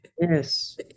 Yes